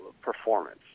performance